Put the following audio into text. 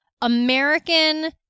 american